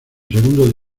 segundo